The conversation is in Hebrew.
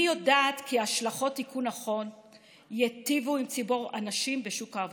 אני יודעת כי ההשלכות תיקון החוק ייטיבו עם ציבור הנשים בשוק העבודה.